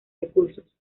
recursos